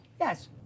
Yes